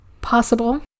Possible